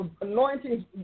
Anointing